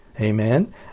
Amen